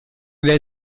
del